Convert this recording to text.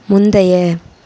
முந்தைய